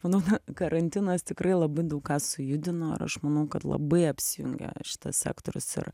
manau na karantinas tikrai labai daug ką sujudino ir aš manau kad labai apsijungia šitas sektorius ir